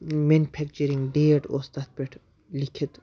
manufacturing date اوس تَتھ پٮ۪ٹھ لیکھِتھ